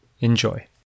Enjoy